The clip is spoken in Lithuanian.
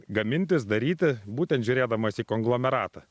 gamintis daryti būtent žiūrėdamas į konglomeratą